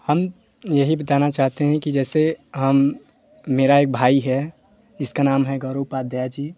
हम यही बताना चाहते हैं कि जैसे हम मेरा एक भाई है जिसका नाम है गौरव उपध्याय जी